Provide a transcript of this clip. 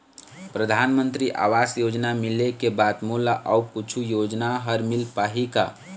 परधानमंतरी आवास योजना मिले के बाद मोला अऊ कुछू योजना हर मिल पाही का?